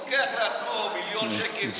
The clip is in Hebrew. לוקח לעצמו מיליון שקל,